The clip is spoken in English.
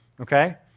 Okay